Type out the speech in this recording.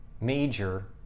major